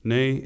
Nay